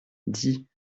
dit